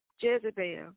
Jezebel